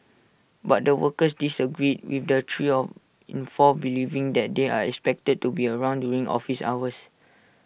but the workers disagreed with the three of in four believing that they are expected to be around during office hours